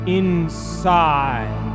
inside